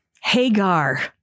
Hagar